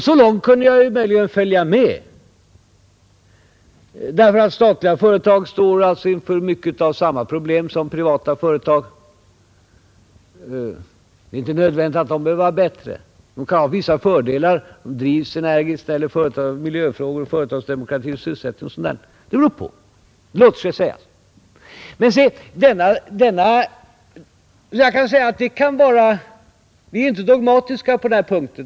Så långt kunde jag möjligen följa med, därför att statliga företag står inför mycket av samma problem som privata företag. Statliga företag är inte nödvändigtvis bättre. De kan ha vissa fördelar — om där mer energiskt drivs miljöfrågor, företagsdemokrati, sysselsättningsfrågor osv. — men jag kan säga att vi inte är dogmatiska på den punkten.